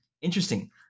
interesting